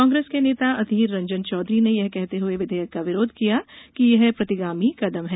कांग्रेस के नेता अधीर रंजन चौधरी ने यह कहते हुए विधेयक का विरोध किया कि यह प्रतिगामी कदम है